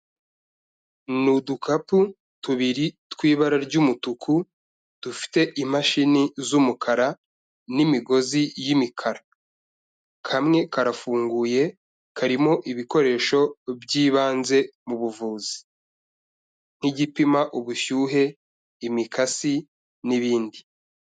Ni udukapu tubiri tw'ibara ry'umutuku, dufite imashini z'umukara n'imigozi y'imikara, kamwe karafunguye karimo ibikoresho by'ibanze mu buvuzi nk'igipima ubushyuhe, imikasi n'ibindi.